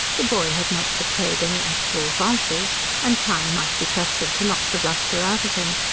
the boy had not betrayed any actual vices and time might be trusted to knock the bluster out of him.